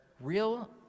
real